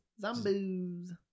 zombies